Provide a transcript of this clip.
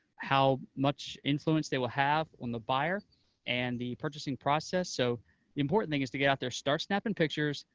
how much influence they will have on the buyer and the purchasing process, so the important thing is to get out there, start snapping pictures,